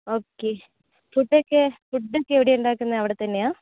okay ഫുഡൊക്കെ ഫുഡൊക്കെ എവിടെയാണ് ഉണ്ടാക്കുന്നത് അവിടെ തന്നെയാണ്